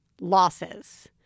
losses